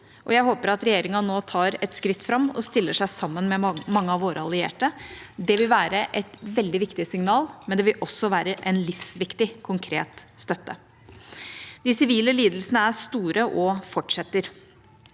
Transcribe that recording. Jeg håper at regjeringa nå tar et skritt fram og stiller seg sammen med mange av våre allierte. Det vil være et veldig viktig signal, men det vil også være en livsviktig, konkret støtte. De sivile lidelsene er store – og fortsetter.